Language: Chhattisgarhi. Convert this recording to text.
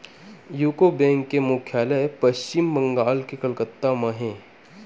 यूको बेंक के मुख्यालय पस्चिम बंगाल के कलकत्ता म हे